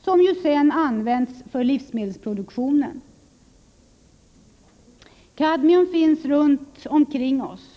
som ju sedan används för livsmedelsproduktion. Kadmium finns runt omkring oss.